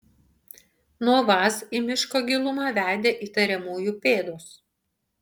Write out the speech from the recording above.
nuo vaz į miško gilumą vedė įtariamųjų pėdos